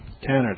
Canada